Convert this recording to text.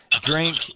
drink